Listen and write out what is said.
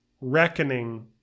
reckoning